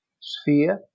sphere